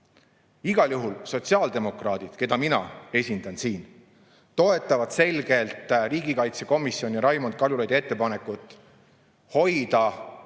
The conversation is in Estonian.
Igal juhul sotsiaaldemokraadid, keda mina siin esindan, toetavad selgelt riigikaitsekomisjoni ja Raimond Kaljulaidi ettepanekut hoida meie